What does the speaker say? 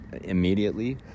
immediately